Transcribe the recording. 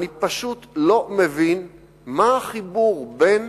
אני פשוט לא מבין מה החיבור בין